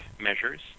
measures